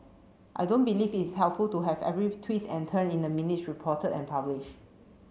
I don't believe is helpful to have every twist and turn in the minutes reported and published